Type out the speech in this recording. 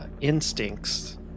instincts